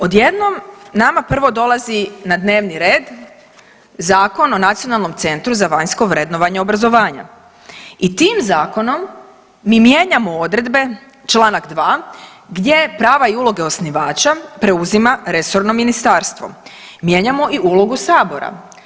Odjednom nama prvo dolazi na dnevni red Zakon o Nacionalnom centru za vanjsko vrednovanje obrazovanja i tim zakonom mi mijenjamo odredbe Članak 2. gdje prava i uloge osnivača preuzima resorno ministarstvo, mijenjamo i ulogu sabora.